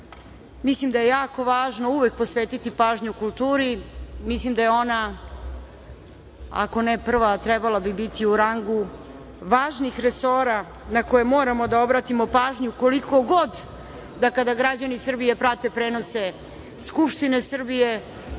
Mislim da je jako važno uvek posvetiti pažnju kulturi. Mislim da je ona ako ne prva, a trebala bi biti u rangu važnih resora na koje moramo da obratimo pažnju koliko god da kada građani Srbije prate prenose Skupštine Srbije,